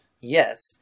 Yes